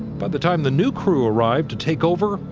by the time the new crew arrived to take over,